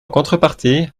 contrepartie